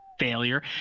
failure